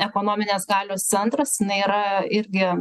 ekonominės galios centras jinai yra irgi